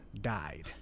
died